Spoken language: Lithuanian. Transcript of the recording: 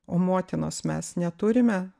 o motinos mes neturime